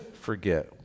forget